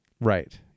Right